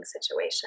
situation